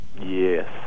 Yes